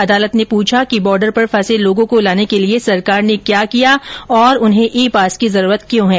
अदालत ने पूछा कि बोर्डर पर फंसे लोगों को लाने के लिए सरकार ने क्या किया और ई पास की जरूरत क्यों है